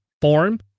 form